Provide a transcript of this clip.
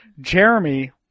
Jeremy